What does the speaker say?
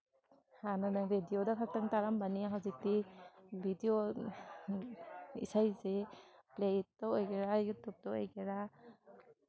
ꯍꯥꯟꯅꯅ ꯔꯦꯗꯤꯑꯣꯗ ꯈꯛꯇꯪ ꯇꯥꯔꯝꯕꯅꯤ ꯍꯧꯖꯤꯛꯇꯤ ꯕꯤꯗꯤꯑꯣ ꯏꯁꯩꯁꯦ ꯄ꯭ꯂꯦꯠꯇ ꯑꯣꯏꯒꯦꯔꯥ ꯌꯨꯇꯨꯞꯇ ꯑꯣꯏꯒꯦꯔꯥ